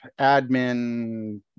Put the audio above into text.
admin